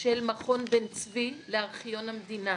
של מכון בן צבי לארכיון המדינה.